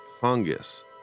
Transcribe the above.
fungus